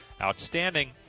Outstanding